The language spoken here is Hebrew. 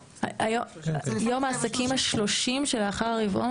יום העסקים ה-30 שלאחר הרבעון?